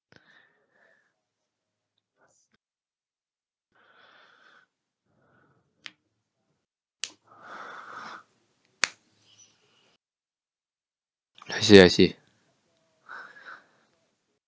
I see I see